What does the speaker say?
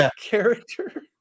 character